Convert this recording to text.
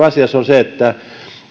asiassa on se että